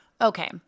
Okay